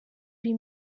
uri